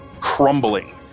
crumbling